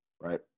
right